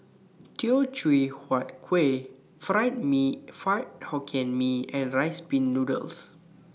Teochew Huat Kuih Fried Mee Fried Hokkien Mee and Rice Pin Noodles